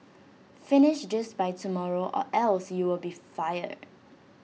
finish this by tomorrow or else you will be fired